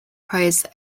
praised